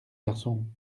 garçon